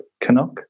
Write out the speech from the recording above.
Canuck